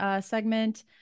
segment